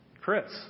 Chris